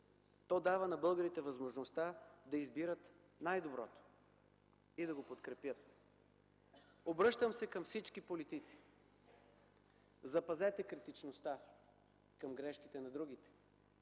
То дава на българите възможността да избират най-доброто и да го подкрепят. Обръщам се към всички политици: запазете критичността към грешките на другите,